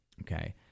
okay